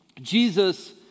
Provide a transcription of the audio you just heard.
Jesus